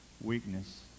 weakness